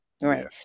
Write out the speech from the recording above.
right